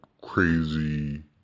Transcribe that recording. crazy